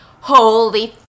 Holy